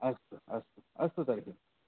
अस्तु अस्तु अस्तु तर्हि